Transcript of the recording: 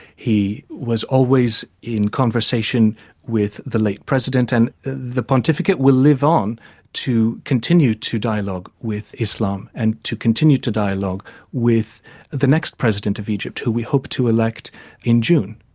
he was always in conversation with the late president and the pontificate will live on to continue to dialogue with islam and to continue to dialogue with the next president of egypt who we hope to elect in june.